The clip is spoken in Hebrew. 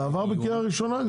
זה עבר בקריאה ראשונה.